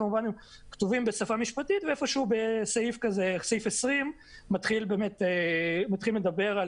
כמובן שהם כתובים בשפה משפטית ובסעיף 20 מתחילים לדבר על